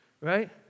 right